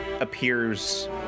appears